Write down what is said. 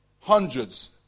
hundreds